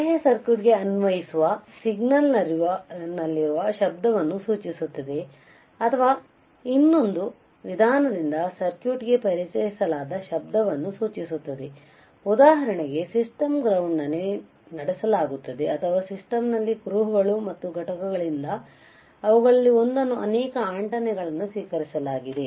ಬಾಹ್ಯವು ಸರ್ಕ್ಯೂಟ್ಗೆ ಅನ್ವಯಿಸುವ ಸಿಗ್ನಲ್ನಲ್ಲಿರುವ ಶಬ್ದವನ್ನು ಸೂಚಿಸುತ್ತದೆ ಅಥವಾ ಇನ್ನೊಂದು ವಿಧಾನದಿಂದ ಸರ್ಕ್ಯೂಟ್ಗೆ ಪರಿಚಯಿಸಲಾದ ಶಬ್ದವನ್ನು ಸೂಚಿಸುತ್ತದೆ ಉದಾಹರಣೆಗೆ ಸಿಸ್ಟಮ್ ಗ್ರೌಂಡ್ನಲ್ಲಿ ನಡೆಸಲಾಗುತ್ತದೆ ಅಥವಾ ಸಿಸ್ಟಮ್ನಲ್ಲಿನ ಕುರುಹುಗಳು ಮತ್ತು ಘಟಕಗಳಿಂದ ಅವುಗಳಲ್ಲಿ ಒಂದನ್ನು ಅನೇಕ ಆಂಟೆನಾಗಳನ್ನು ಸ್ವೀಕರಿಸಲಾಗಿದೆ